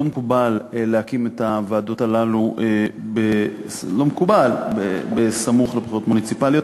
ולא מקובל להקים את הוועדות הללו סמוך לבחירות מוניציפליות.